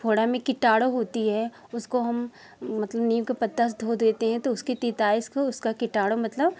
फोड़ा में कीटाणु होती है उसको हम मतलब नीम के पत्ता से धो देते हैं तो उसकी तीताईस को उसका कीटाणु मतलब